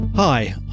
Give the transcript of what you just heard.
Hi